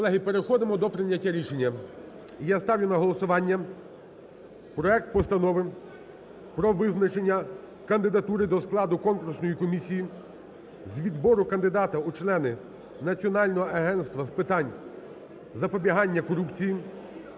Колеги, переходимо до прийняття рішення. І я ставлю на голосування проект Постанови про визначення кандидатури до складу конкурсної комісії з відбору кандидата у члени Національного агентства з питань запобігання корупції